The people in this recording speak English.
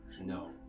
No